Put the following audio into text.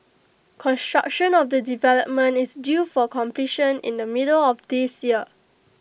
construction of the development is due for completion in the middle of this year